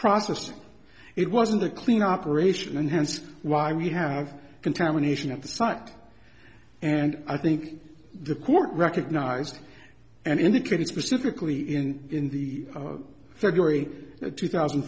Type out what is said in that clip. process it wasn't a clean operation and hence why we have contamination at the site and i think the court recognized and indicated specifically in in the february two thousand